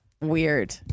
Weird